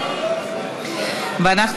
בבקשה.